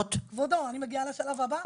כבודו, אני מגיעה לשלב הבא.